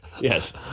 Yes